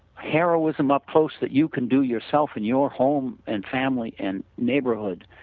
heroism up close that you can do yourself in your home and family and neighborhood